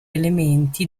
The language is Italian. elementi